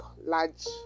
large